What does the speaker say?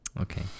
Okay